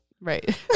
right